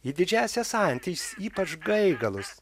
į didžiąsias antis ypač gaigalus